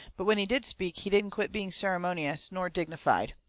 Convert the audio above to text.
but when he did speak he didn't quit being ceremonious nor dignified.